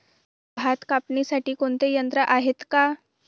भात कापणीसाठी कोणते यंत्र आहेत का?